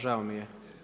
Žao mi je.